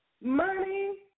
Money